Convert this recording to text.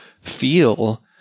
feel